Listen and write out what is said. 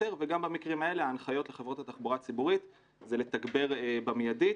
וגם במקרים האלה ההנחיות לחברות התחבורה הציבורית זה לתגבר במיידית,